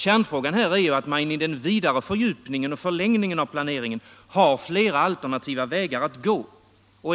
Kärnfrågan är att man i den vidare fördjupningen och förlängningen av planeringen har flera alternativa vägar att gå.